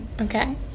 okay